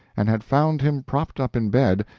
and had found him propped up in bed,